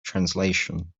translation